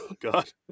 god